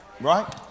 Right